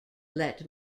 let